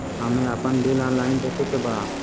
हमे आपन bill online देखे के बा?